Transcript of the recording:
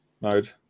mode